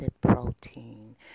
protein